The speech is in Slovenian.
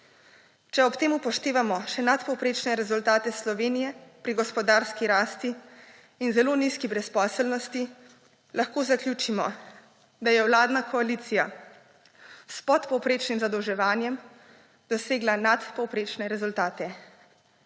Če ob tem upoštevamo še nadpovprečne rezultate Slovenije pri gospodarski rasti in zelo nizki brezposelnosti, lahko zaključimo, da je vladna koalicija s podpovprečnim zadolževanjem dosegla nadpovprečne rezultate.